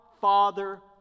Father